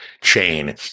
chain